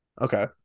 Okay